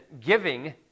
giving